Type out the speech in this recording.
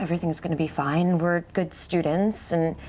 everything's going to be fine. we're good students, and